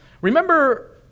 Remember